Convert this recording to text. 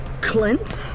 Clint